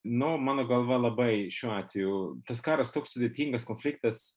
nuo mano galva labai šiuo atveju tas karas toks sudėtingas konfliktas